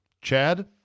Chad